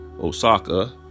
Osaka